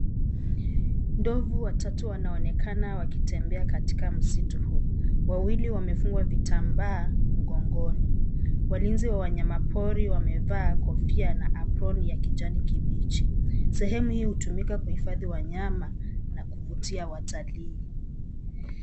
Ndovu watatu wanaonekana wakitembea katika msitu huu. Wawili wamefungwa vitambaa mgongoni. Walinzi wa wanyama pori wamevaa kofia na aproni ya kijani kibichi. Sehemu hii hutumika kuhifadhi wanyama na kuvutia watalii.